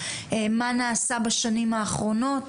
מה נעשה בשנים האחרונות.